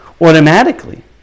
Automatically